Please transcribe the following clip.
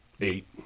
Eight